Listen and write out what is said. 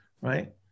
right